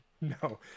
no